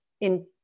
in-